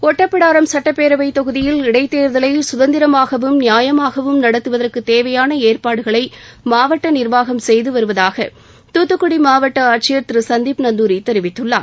ஒட்டப்பிடாரம் சட்டப்பேரவைத் தொகுதியில் இடைத்தேர்தலை சுதந்திரமாகவும் நியாயமாகவும் நடத்துவதற்கு தேவையான ஏற்பாடுகளை மாவட்ட நிர்வாகம் செய்துவருவதாக தூத்துக்குடி மாவட்ட ஆட்சியர் திரு சந்தீப் நந்தூரி தெரிவித்துள்ளார்